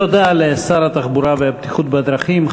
תודה לשר התחבורה והבטיחות בדרכים,